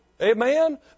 Amen